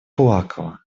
плакала